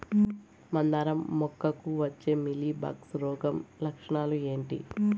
మందారం మొగ్గకు వచ్చే మీలీ బగ్స్ రోగం లక్షణాలు ఏంటి?